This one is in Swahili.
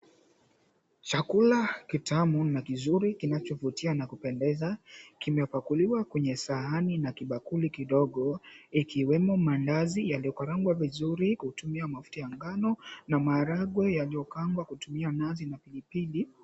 Chakula kitamu na kizuri kinachovutia na kupendeza. Kimepakuliwa kwenye sahani na kibakuli kidogo, ikiwemo maandazi yaliyo karangwa vizuri kutumia mafuta ya ngano na maharagwe yaliokaangwa kutumia nazi na pilipili.